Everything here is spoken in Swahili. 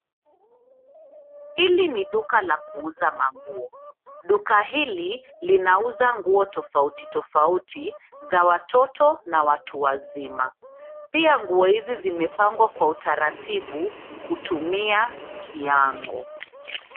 Hili ni duka la kuuza manguo. Duka hili linauza nguo tofauti tofauti za watoto na watu wazima. Pia nguo hizi zimepangwa kwa utaratibu kutumia kiango.